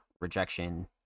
rejection